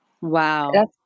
Wow